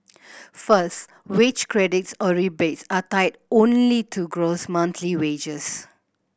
first wage credits or rebates are tied only to gross monthly wages